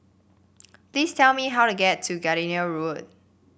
please tell me how to get to Gardenia Road